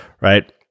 right